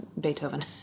Beethoven